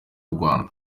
rwanda